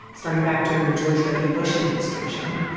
starting back during the george w. bush administration,